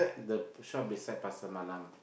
the shop beside Pasar-Malam